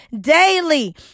daily